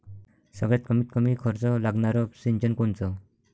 सगळ्यात कमीत कमी खर्च लागनारं सिंचन कोनचं?